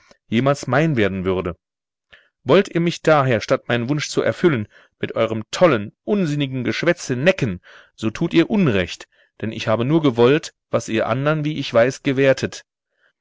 jemals mein werden würde wollt ihr mich daher statt meinen wunsch zu erfüllen mit eurem tollen unsinnigen geschwätze necken so tut ihr unrecht denn ich habe nur gewollt was ihr andern wie ich weiß gewährtet